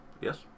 Yes